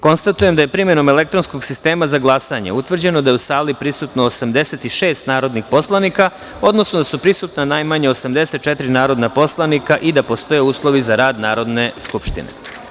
Konstatujem da je primenom elektronskog sistema za glasanje utvrđeno da je u sali prisutno 86 narodnih poslanika, odnosno da su prisutna najmanje 84 narodna poslanika i da postoje uslovi za rad Narodne skupštine.